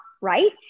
right